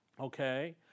okay